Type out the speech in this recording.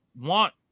want